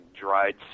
dried